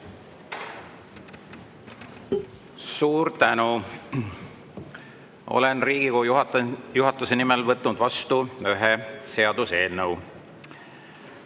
Suur tänu! Olen Riigikogu juhatuse nimel võtnud vastu ühe seaduseelnõu.